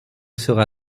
sera